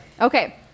Okay